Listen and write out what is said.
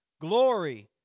glory